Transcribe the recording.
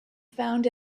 found